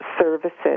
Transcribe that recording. services